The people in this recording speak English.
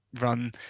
run